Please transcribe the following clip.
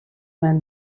man